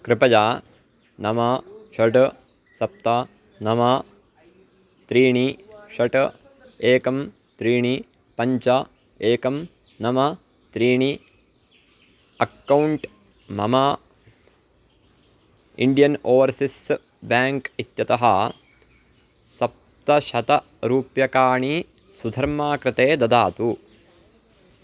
कृपया नव षट् सप्त नव त्रीणि षट् एकं त्रीणि पञ्च एकं नव त्रीणि अक्कौण्ट् मम इण्डियन् ओवर्सिस् बेङ्क् इत्यतः सप्तशतं रूप्यकाणि सुधर्मा कृते ददातु